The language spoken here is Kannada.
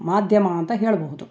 ಮಾಧ್ಯಮ ಅಂತ ಹೇಳಬಹ್ದು